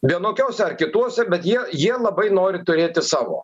vienokiuose ar kituose bet jie jie labai nori turėti savo